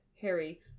Harry